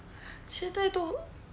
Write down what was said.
现在都